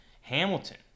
Hamilton